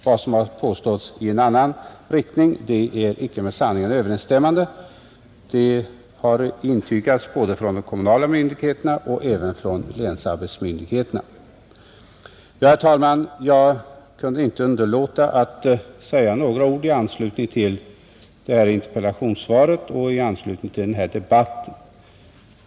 De påståenden som gjorts i annan riktning är icke med sanningen överensstämmande — det har intygats både av de kommunala myndigheterna och av länsarbetsmyndigheterna. Herr talman! Jag har inte kunnat underlåta att säga några ord i anslutning till detta interpellationssvar och denna debatt.